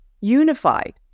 unified